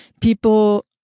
people